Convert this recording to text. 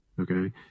Okay